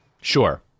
Sure